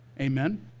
Amen